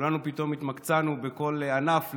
כולנו פתאום התמקצענו בכל ענף,